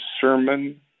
sermon